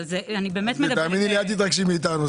אל תתרגשי מאיתנו.